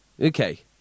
okay